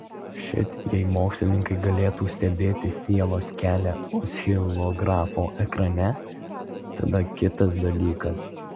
šit jei mokslininkai galėtų stebėti sielos kelią oscilografo ekrane tada kitas dalykas